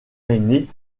aînée